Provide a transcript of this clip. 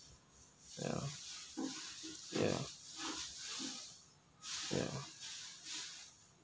ya ya ya